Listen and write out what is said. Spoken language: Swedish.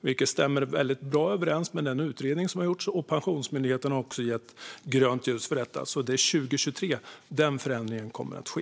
Det stämmer väldigt bra överens med den utredning som har gjorts, och Pensionsmyndigheten har gett grönt ljus för detta. Det är alltså 2023 som denna förändring kommer att ske.